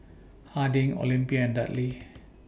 Harding Olympia and Dudley